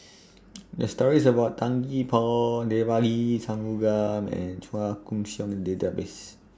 The stories about Tan Gee Paw Devagi Sanmugam and Chua Koon Siong Database